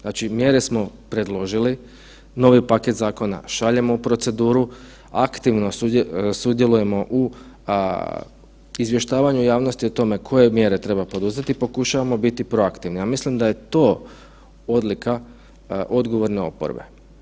Znači mjere smo predložili, novi paket zakona šaljemo u proceduru, aktivno sudjelujemo u izvještavanju javnosti o tome koje mjere treba poduzeti, pokušavamo biti proaktivni, a mislim da je to odlika odgovorne oporbe.